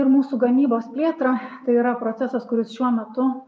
ir mūsų gamybos plėtra tai yra procesas kuris šiuo metu